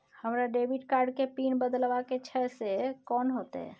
हमरा debit card के PIN बदलवा के छै से कोन होतै?